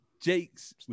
Jake's